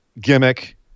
gimmick